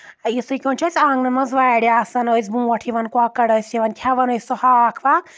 یِتھٕے کٔنۍ چھِ أسۍ آنٛگن منٛز واریاہ آسان ٲسۍ برونٛٹھ یِوان کۄکر ٲسۍ یِوان کھؠوان ٲسۍ سُہ ہاکھ واکھ